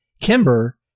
Kimber